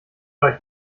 euch